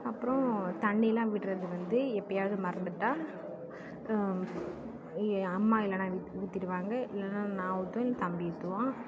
அப்புறம் தண்ணியெலாம் விடுறது வந்து எப்பேயாவது மறந்துவிட்டா அம்மா இல்லைனா ஊற்றிடுவாங்க இல்லைனா நான் ஊற்றுவேன் இல்லை தம்பி ஊற்றுவான்